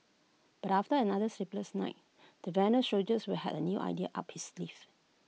but after another sleepless night the veteran soldiers were had A new idea up his sleeve